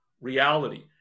reality